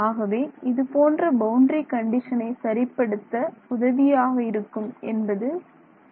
ஆகவே இது போன்ற பவுண்டரி கண்டிஷனை சரிப்படுத்த உதவியாக இருக்கும் என்பது உங்களுக்கு தெரியும்